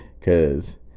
cause